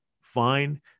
fine